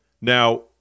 Now